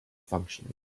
functioning